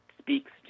speaks